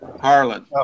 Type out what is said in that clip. Harlan